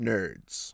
Nerds